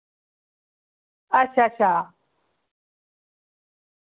अच्छा अच्छा